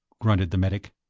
grunted the medic,